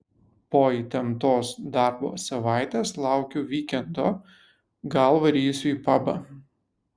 po įtemptos darbo savaitės laukiu vykendo gal varysiu į pabą